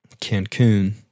Cancun